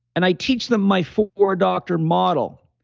and i teach them my four doctor model.